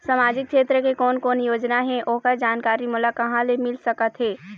सामाजिक क्षेत्र के कोन कोन योजना हे ओकर जानकारी मोला कहा ले मिल सका थे?